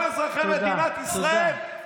כל אזרחי מדינת ישראל,